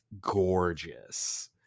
gorgeous